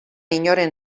inoren